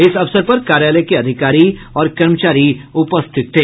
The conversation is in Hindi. इस अवसर पर कार्यालय के अधिकारी और कर्मचारी उपस्थित थे